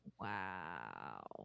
Wow